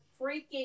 freaking